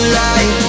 light